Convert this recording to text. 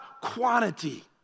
quantity